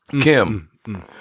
Kim